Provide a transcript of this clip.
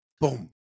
Boom